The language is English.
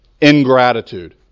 ingratitude